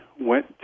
went